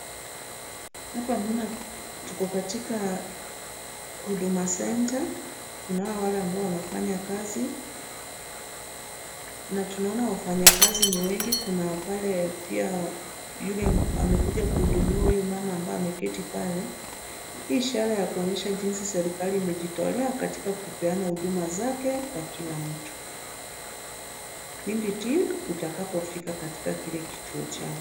Hapa naona tuko katika Huduma Centre . Kunao wale ambao wanafanya kazi na tunaona wafanyakazi ni wengi, kuna pale pia yule amekuja kuhudumia yule mama ambaye ameketi pale. Hii ishara ya kuonyesha jinsi serikali imejitolea katika kupeana huduma zake kwa kila mtu pindi tu utakapofika katika kile kituo chao.